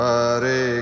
Hare